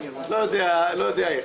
לא יודע איך,